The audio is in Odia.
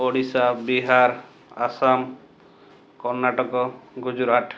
ଓଡ଼ିଶା ବିହାର ଆସାମ କର୍ଣ୍ଣାଟକ ଗୁଜୁରାଟ